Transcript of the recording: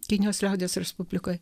kinijos liaudies respublikoj